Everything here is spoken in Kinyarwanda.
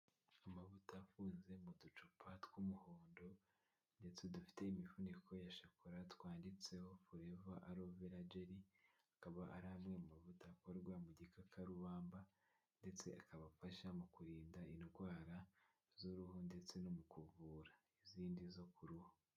Amavuta afunze mu ducupa tw'umuhondo ndetse dufite imifuniko ya shokora twanditseho foreva arowe vera jeri akaba ari amwe mu mavuta akorwa mu gikakarubamba ndetse akabafasha mu kurinda indwara z'uruhu ndetse no mu kuvura izindi zo ku ruhu.